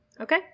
Okay